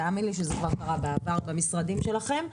תאמין לי שזה כבר קרה בעבר במשרדים שלכם.